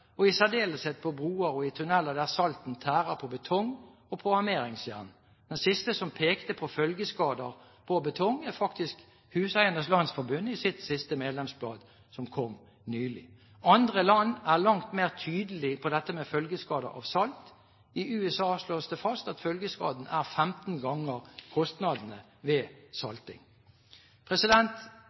og i særdeleshet på broer og i tunneler der saltet tærer på betong og armeringsjern. De siste som pekte på følgeskader på betong, var faktisk Huseiernes Landsforbund i sitt siste medlemsblad, som kom nylig. I andre land er man langt mer tydelige på dette med følgeskader av salt. I USA slås det fast at følgeskaden er 15 ganger kostnadene ved